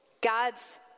God's